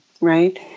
right